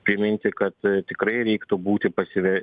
priminti kad tikrai reiktų būti pasyvia